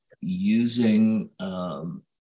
using